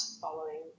following